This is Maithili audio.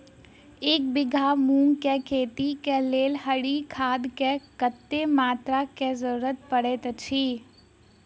एक बीघा मूंग केँ खेती केँ लेल हरी खाद केँ कत्ते मात्रा केँ जरूरत पड़तै अछि?